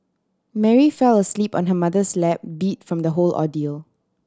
Mary fell asleep on her mother's lap beat from the whole ordeal